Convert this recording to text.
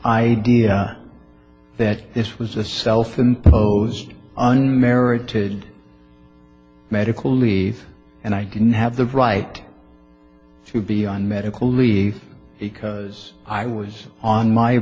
idea that this was a self imposed unmerited medical leave and i didn't have the right to be on medical leave because i was on my